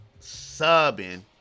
Subbing